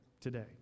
today